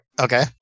okay